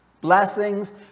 Blessings